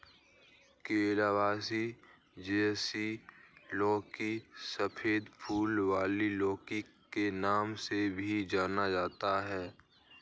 calabash, जिसे लौकी, सफेद फूल वाली लौकी के नाम से भी जाना जाता है